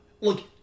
look